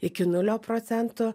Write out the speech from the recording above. iki nulio procentų